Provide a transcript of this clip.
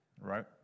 right